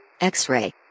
x-ray